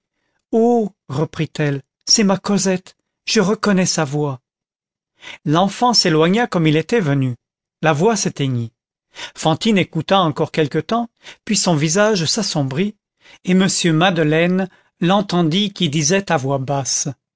oh reprit-elle c'est ma cosette je reconnais sa voix l'enfant s'éloigna comme il était venu la voix s'éteignit fantine écouta encore quelque temps puis son visage s'assombrit et m madeleine l'entendit qui disait à voix basse